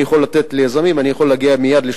יכול לתת ליזמים אני יכול מייד להגיע ל-38%.